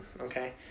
okay